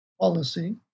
policy